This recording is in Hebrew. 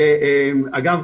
אגב,